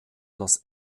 los